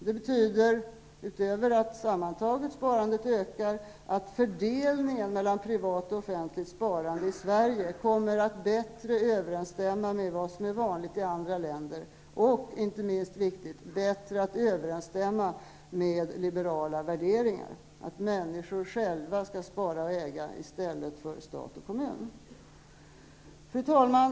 Det betyder, utöver det att sparandet ökar sammantaget, att fördelningen mellan privat och offentligt sparande i Sverige kommer att bättre överensstämma med vad som är vanligt i andra länder och, vilket inte är minst viktigt, bättre överensstämma med liberala värderingar -- att människor själva skall spara och äga i stället för att stat och kommun gör det. Fru talman!